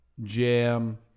jam